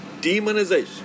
demonization